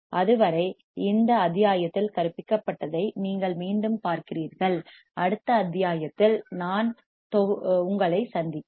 அதுவரை இந்த அத்தியாயத்தில் கற்பிக்கப்பட்டதை நீங்கள் மீண்டும் பார்க்கிறீர்கள் அடுத்த அத்தியாயத்தில் நான் உங்களைப் சந்திப்பேன்